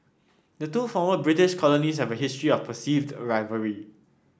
the two former British colonies have a history of perceived rivalry